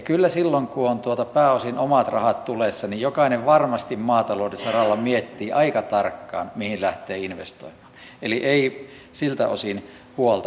kyllä silloin kun on pääosin omat rahat tulessa jokainen varmasti maatalouden saralla miettii aika tarkkaan mihin lähtee investoimaan eli ei siltä osin huolta